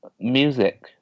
Music